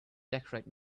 decorate